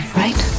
right